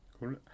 Cool